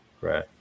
Right